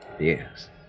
Yes